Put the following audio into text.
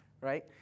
right